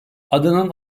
adının